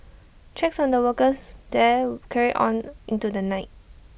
checks on the workers there carried on into the night